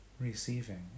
receiving